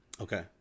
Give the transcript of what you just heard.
Okay